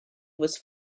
was